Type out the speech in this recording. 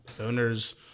owners